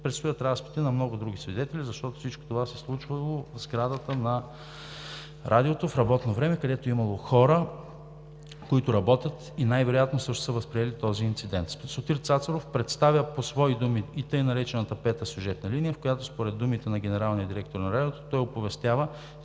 Предстоят разпити на много други свидетели, защото всичко това се е случило в сградата на Радиото в работно време, където е имало хора, които работят и най-вероятно също са възприели този инцидент. Сотир Цацаров представя по свои думи и тъй наречената пета сюжетна линия, в която, според думите на генералния директор на Радиото, той оповестява,